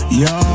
yo